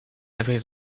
lepiej